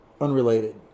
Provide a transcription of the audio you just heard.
unrelated